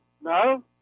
No